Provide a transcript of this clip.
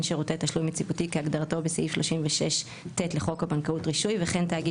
שירותי תשלום יציבותי כהגדרתו בסעיף 36ט לחוק הבנקאות )רישוי) וכן תאגיד